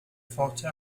forze